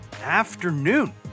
afternoon